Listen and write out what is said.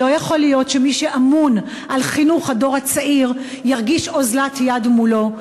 לא יכול להיות שמי שאמון על חינוך הדור הצעיר ירגיש אוזלת יד מולו.